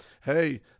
Hey